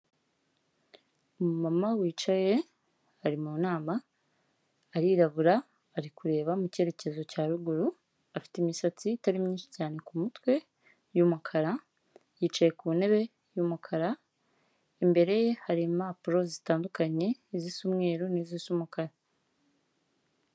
Umumama wicaye ari mu nama arirabura ari kureba mu cyerekezo cya ruguru, afite imisatsi itari myinshi cyane ku mutwe y'umukara, yicaye ku ntebe y'umukara, imbere ye hari impapuro zitandukanye izisa umweru, n'izisa umukara.